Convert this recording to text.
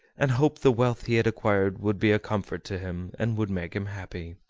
and hoped the wealth he had acquired would be a comfort to him, and would make him happy.